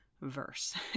verse